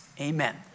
Amen